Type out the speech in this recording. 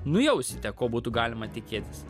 nujausite ko būtų galima tikėtis